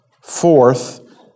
Fourth